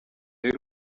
y’u